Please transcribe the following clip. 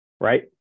right